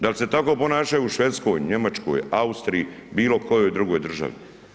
Dal se tako ponašaju u Švedskoj, Njemačkoj, Austriji, bilo kojoj drugoj državi?